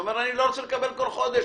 הוא אומר שהוא לא רוצה לקבל כל חודש.